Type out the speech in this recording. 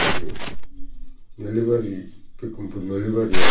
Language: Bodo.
गोदो नोलोबारि बिखुमफु नोलोबारिया